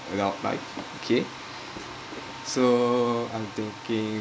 adult life okay so I am thinking